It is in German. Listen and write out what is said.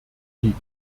die